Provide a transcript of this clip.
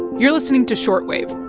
you're listening to short wave